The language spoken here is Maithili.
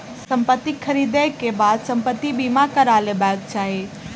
संपत्ति ख़रीदै के बाद संपत्ति बीमा करा लेबाक चाही